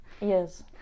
Yes